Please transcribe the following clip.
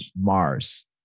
Mars